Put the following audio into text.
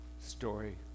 story